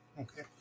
Okay